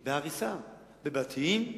בהריסה: בבתים,